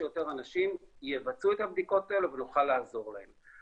שיותר אנשים יבצעו את הבדיקות האלה ונוכל לעזור להם.